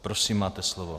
Prosím, máte slovo.